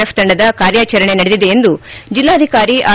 F ತಂಡದ ಕಾರ್ಯಚರಣೆ ನಡೆದಿದೆ ಎಂದು ಜಿಲ್ಲಾಧಿಕಾರಿ ಆರ್